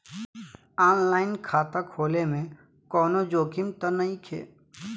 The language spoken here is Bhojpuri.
आन लाइन खाता खोले में कौनो जोखिम त नइखे?